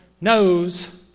knows